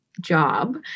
job